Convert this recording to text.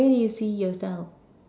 where you see yourself